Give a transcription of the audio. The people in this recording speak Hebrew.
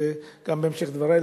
גם בהמשך דברי,